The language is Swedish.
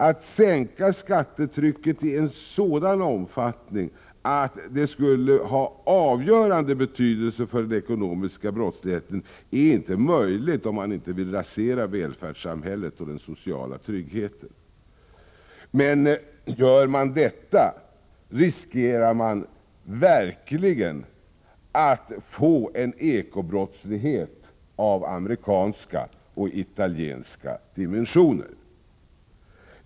Att sänka skattetrycket i en sådan utsträckning att det skulle ha någon avgörande betydelse för den ekonomiska brottsligheten är inte möjligt om man inte vill rasera välfärdssamhället och den sociala tryggheten. Men gör man detta riskerar vi verkligen att få en eko-brottslighet av amerikanska och italienska dimensioner.